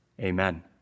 amen